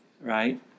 right